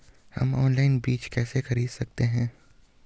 हम ऑनलाइन बीज कैसे खरीद सकते हैं?